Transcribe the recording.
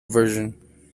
version